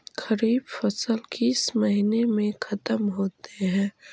खरिफ फसल किस महीने में ख़त्म होते हैं?